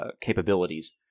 capabilities